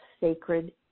sacred